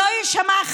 שלא יישמע,